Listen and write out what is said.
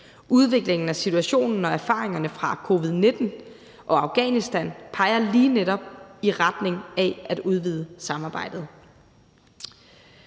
Udviklingen af situationen og erfaringerne fra covid-19 og Afghanistan peger lige netop i retning af at udvide samarbejdet.